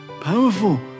powerful